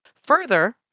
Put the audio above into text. Further